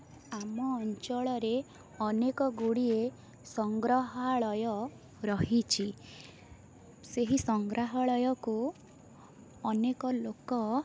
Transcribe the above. ଆମ ଅଞ୍ଚଳରେ ଅନେକ ଗୁଡ଼ିଏ ସଂଗ୍ରହାଳୟ ରହିଛି ସେଇ ସଂଗ୍ରହାଳୟ କୁ ଅନେକ ଲୋକ